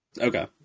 Okay